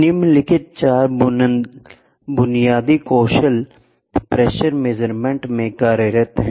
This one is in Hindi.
निम्नलिखित चार बुनियादी कौशल प्रेशर मेजरमेंट में कार्यरत हैं